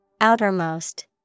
Outermost